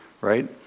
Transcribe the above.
right